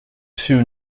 two